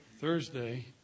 thursday